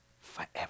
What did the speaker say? forever